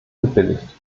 gebilligt